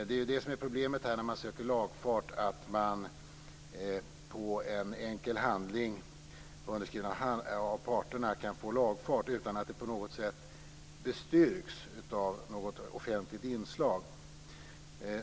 Det är ju det som är problemet när man söker lagfart, att man på en enkel handling underskriven av parterna kan få lagfart utan att det på något sätt bestyrks av något offentligt inslag.